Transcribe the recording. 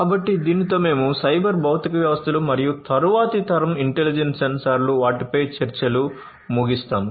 కాబట్టి దీనితో మేము సైబర్ భౌతిక వ్యవస్థలు మరియు తరువాతి తరం ఇంటెలిజెంట్ సెన్సార్లు వాటిపై చర్చలు ముగిస్తాము